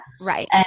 Right